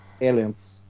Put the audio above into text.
Aliens